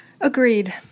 Agreed